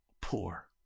poor